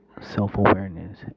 self-awareness